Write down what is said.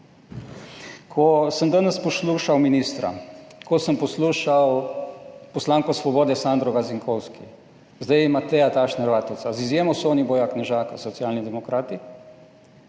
Ko sem danes poslušal ministra ko sem poslušal poslanko svobode, Sandro Gazinkovski, zdaj Mateja Tašner Vatovca, z izjemo Soniboja Knežaka, Socialni demokrati,